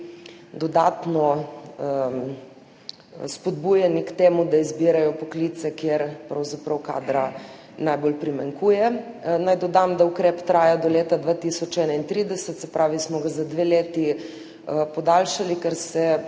dodatno spodbujeni k temu, da izbirajo poklice, kjer pravzaprav kadra najbolj primanjkuje. Naj dodam, da ukrep traja do leta 2031, se pravi, smo ga za dve leti podaljšali, ker se